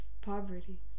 poverty